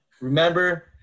remember –